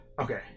Okay